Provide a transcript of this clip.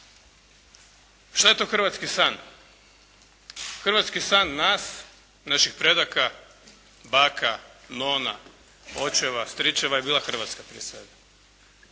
Šta je to hrvatski san? Hrvatski san nas, naših predaka, baka, nona, očeva, stričeva je bila Hrvatska prije svega.